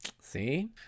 See